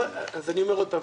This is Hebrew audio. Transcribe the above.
אני אומר עוד פעם.